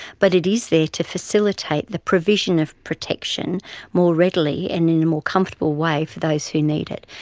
but it is there to facilitate the provision of protection more readily and in a more comfortable way for those who need it.